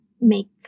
make